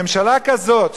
ממשלה כזאת,